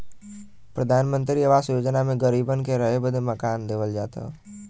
प्रधानमंत्री आवास योजना मे गरीबन के रहे बदे मकान देवल जात हौ